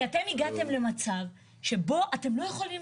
כי אתם הגעתם למצב שבו אתם לא יכולים